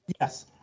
Yes